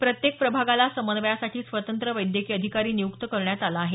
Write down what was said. प्रत्येक प्रभागाला समन्वयासाठी स्वतंत्र वैद्यकीय अधिकारी नियुक्त करण्यात आला आहे